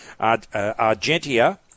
Argentia